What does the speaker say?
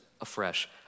afresh